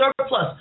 surplus